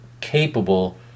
capable